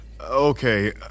Okay